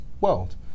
world